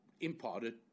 imparted